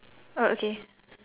orh okay